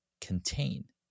contain